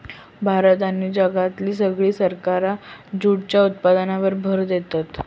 भारत आणि जगातली सगळी सरकारा जूटच्या उत्पादनावर भर देतत